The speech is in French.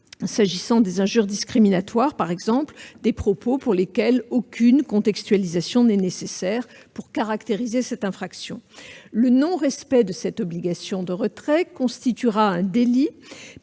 s'agissant des injures discriminatoires, le dispositif vise des propos pour lesquels aucune contextualisation n'est nécessaire pour caractériser l'infraction. Le non-respect de l'obligation de retrait constituera un délit,